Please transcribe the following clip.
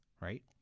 right